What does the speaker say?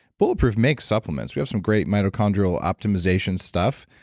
bulletproof makes supplements. we have some great mitochondrial optimization stuff.